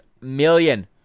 million